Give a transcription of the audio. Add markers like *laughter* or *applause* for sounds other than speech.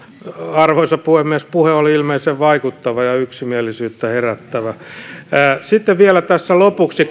arvoisa puhemies puhe oli ilmeisen vaikuttava ja yksimielisyyttä herättävä sitten vielä tässä lopuksi *unintelligible*